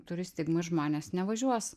turi stigmą ir žmonės nevažiuos